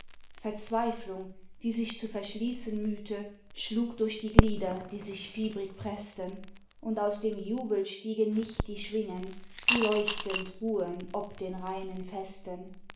verzweiflung die sich zu verschließen mühte schlug durch die glieder die sich fiebrig preßten und aus dem jubel stiegen nicht die schwingen die leuchtend ruhen ob den reinen festen